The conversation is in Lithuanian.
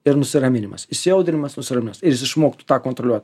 ir nusiraminimas įsiaudrinimas nusiraminimas ir išmoktų tą kontroliuot